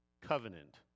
covenant